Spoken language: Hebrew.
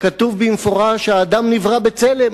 כתוב במפורש שהאדם נברא בצלם,